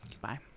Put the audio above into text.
Bye